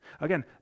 Again